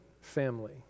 family